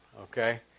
okay